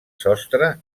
sostre